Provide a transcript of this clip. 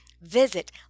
visit